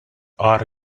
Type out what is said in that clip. are